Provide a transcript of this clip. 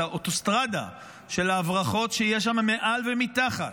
את האוטוסטרדה של ההברחות שיש שם מעל ומתחת.